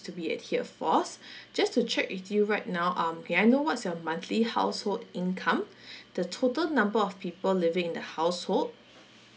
to be adhered for just to check with you right now um may I know what's your monthly household income the total number of people living in the household